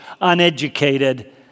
uneducated